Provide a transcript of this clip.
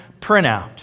printout